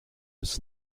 his